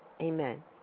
Amen